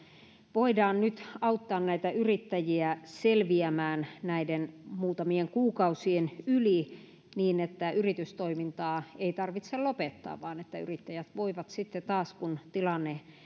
voidaan nyt auttaa näitä yrittäjiä selviämään näiden muutamien kuukausien yli niin että yritystoimintaa ei tarvitse lopettaa vaan että yrittäjät voivat sitten taas kun tilanne